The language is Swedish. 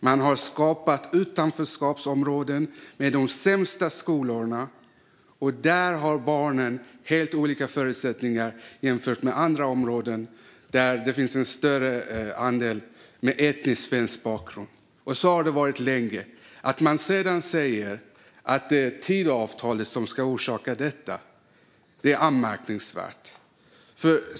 Man har skapat utanförskapsområden med de sämsta skolorna, och där har barnen helt olika förutsättningar jämfört med i andra områden där det finns en större andel med etniskt svensk bakgrund. Så har det varit länge. Att man sedan säger att detta är orsakat av Tidöavtalet är anmärkningsvärt.